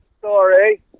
Sorry